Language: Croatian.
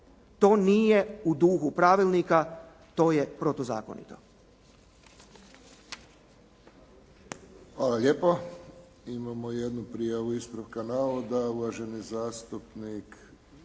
To nije u duhu pravilnika, to je protuzakonito.